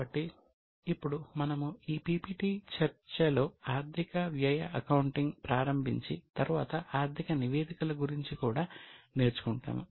కాబట్టి ఇప్పుడు మనము ఈ పిపిటి చర్చలో ఆర్థిక వ్యయ అకౌంటింగ్ ప్రారంభించి తరువాత ఆర్థిక నివేదికల గురించి కూడా నేర్చుకుంటాము